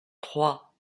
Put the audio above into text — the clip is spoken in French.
trois